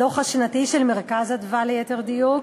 הדוח השנתי של "מרכז אדוה", ליתר דיוק,